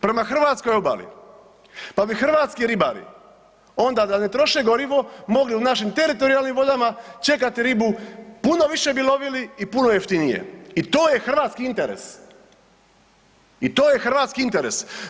Prema hrvatskoj obali, pa bi hrvatski ribari onda da ne troše gorivo mogli u našim teritorijalnim vodama čekati ribu, puno više bi lovili i puno jeftinije i to je hrvatski interes i to je hrvatski interes.